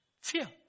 fear